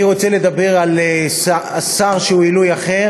אני רוצה לדבר על שר שהוא עילוי אחר,